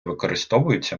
використовується